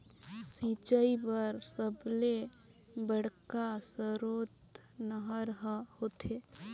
सिंचई बर सबले बड़का सरोत नहर ह होथे